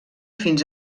fins